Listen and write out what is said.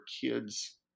kids